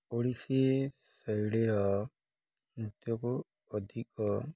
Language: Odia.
ଓଡ଼ିଶୀ ଶୈଳୀର ନୃତ୍ୟକୁ ଅଧିକ